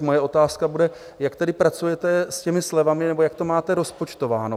Moje otázka bude, jak tedy pracujete s těmi slevami, nebo jak to máte rozpočtováno?